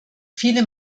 viele